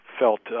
felt